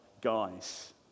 guys